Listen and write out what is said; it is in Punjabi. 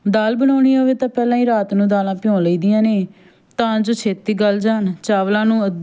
ਦਾਲ ਬਣਾਉਣੀ ਹੋਵੇ ਤਾਂ ਪਹਿਲਾਂ ਹੀ ਰਾਤ ਨੂੰ ਦਾਲਾਂ ਭਿਓ ਲਈ ਦੀਆਂ ਨੇ ਤਾਂ ਜੋ ਛੇਤੀ ਗਲ ਜਾਣ ਚਾਵਲਾਂ ਨੂੰ